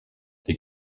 les